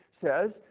says